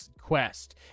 quest